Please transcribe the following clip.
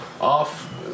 off